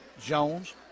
Jones